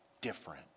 different